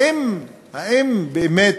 האם באמת